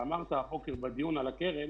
בדיון על הקרן